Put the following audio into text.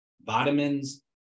vitamins